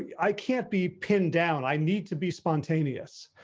i can't be pinned down, i need to be spontaneous.